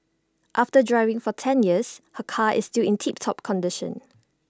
after driving for ten years her car is still in tip top condition